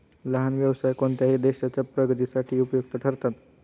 लहान व्यवसाय कोणत्याही देशाच्या प्रगतीसाठी उपयुक्त ठरतात